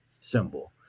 symbol